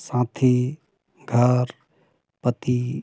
साथी घर पति